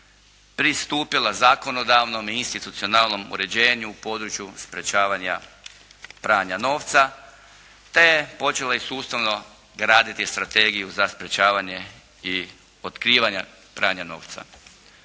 pristupila zakonodavnom i institucionalnom uređenju u području sprečavanja pranja novca te je počela i sustavno graditi strategiju za sprečavanje i otkrivanja pranja novca.